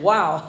Wow